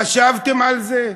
חשבתם על זה?